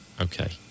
okay